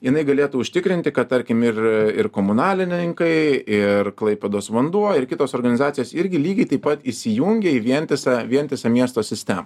jinai galėtų užtikrinti kad tarkim ir ir komunalininkai ir klaipėdos vanduo ir kitos organizacijos irgi lygiai taip pat įsijungia į vientisą vientisą miesto sistemą